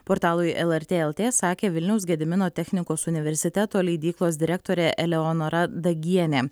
portalui lrt lt sakė vilniaus gedimino technikos universiteto leidyklos direktorė eleonora dagienė